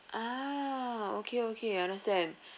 ah okay okay I understand